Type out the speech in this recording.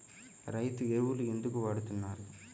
రైతు ఎరువులు ఎందుకు వాడుతున్నారు?